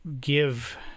give